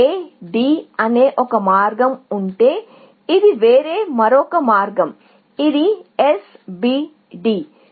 S A D అనే ఒక మార్గం ఉంటే ఇది వేరే మరొక మార్గం ఇది S B D